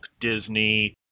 Disney